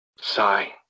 Sigh